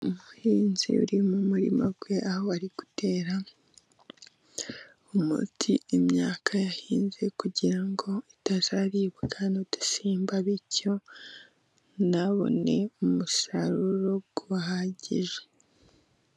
Umuhinzi uri mu murima we aho ari gutera umuti imyaka yahinze kugira ngo itazaribwa n'udusimba bityo ntabone umusaruro uhagije.